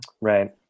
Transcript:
Right